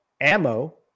ammo